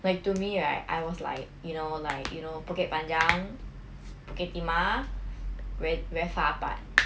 like to me right I was like you know like you know bukit panjang bukit timah very very far apart